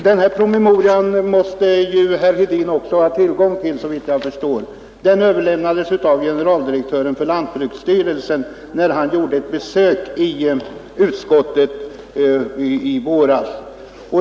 Herr Hedin måste också ha tillgång till, såvitt jag förstår, den promemoria som överlämnades av generaldirektören för lantbruksstyrelsen när han gjorde ett besök i utskottet i våras.